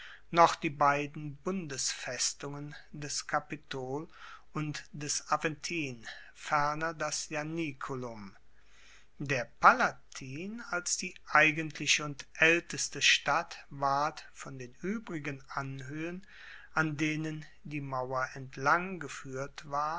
noch die beiden bundesfestungen des kapitol und des aventin ferner das ianiculum der palatin als die eigentliche und aelteste stadt ward von den uebrigen anhoehen an denen die mauer entlang gefuehrt war